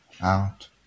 Out